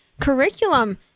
curriculum